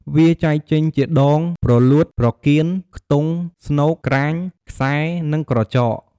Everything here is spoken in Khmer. វាចែកចេញជា ដង ព្រលួត ប្រកៀន ខ្ទង់ ស្នូក ក្រាញ ខ្សែ និងក្រចក។